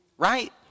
Right